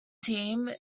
team